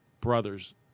brothers